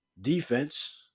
defense